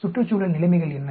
சுற்றுச்சூழல் நிலைமைகள் என்ன